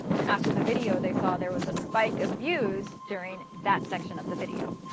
and after the video they saw there was a spike of views during that section of the video.